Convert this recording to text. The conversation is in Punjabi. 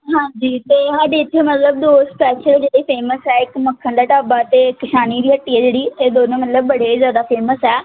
ਹਾਂਜੀ ਅਤੇ ਸਾਡੇ ਇੱਥੇ ਮਤਲਬ ਦੋ ਸਪੈਸ਼ਲ ਜਿਹੜੇ ਫੇਮਸ ਹੈ ਇੱਕ ਮੱਖਣ ਦਾ ਢਾਬਾ ਅਤੇ ਕਸ਼ਾਨੀ ਦੀ ਹੱਟੀ ਹੈ ਜਿਹੜੀ ਇਹ ਦੋਨੋਂ ਮਤਲਬ ਬੜੇ ਜ਼ਿਆਦਾ ਫੇਮਸ ਹੈ